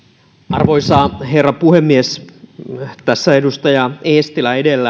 arvoisa herra puhemies tässä edellä edustaja eestilä kuten